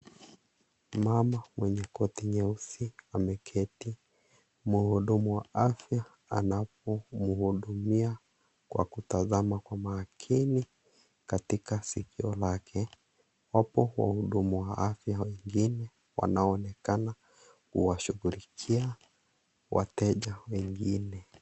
Mama mwenye koti nyeusi ameketi. Muhudumu wa afya anapo muhudumia, kwa kutazama kwa makini katika sikio lake. Wapo wahudumu wa afya wengi wanaonekana kuwashughulikia wateja wengine.